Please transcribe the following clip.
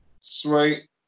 Sweet